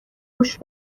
گوش